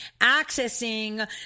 accessing